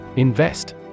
Invest